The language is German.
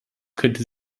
könnte